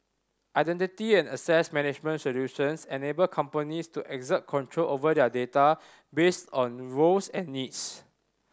identity and access management solutions enable companies to exert control over their data based on roles and needs